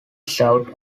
served